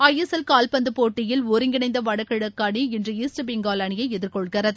ஐ S L கால்பந்து போட்டியில் ஒருங்கினைந்த வடகிழக்கு அணி இன்று ஈஸ்ட் பெங்கால் அணியை எதிர்கொள்கிறது